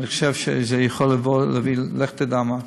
אני חושב שזה יכול להביא, לך תדע למה,